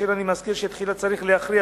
כאשר אני מזכיר שתחילה צריך להכריע,